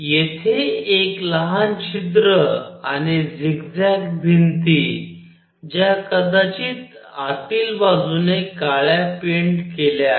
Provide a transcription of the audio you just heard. येथे एक लहान छिद्र आणि झिगझॅग भिंती ज्या कदाचित आतील बाजूने काळ्या पेंट केल्या आहे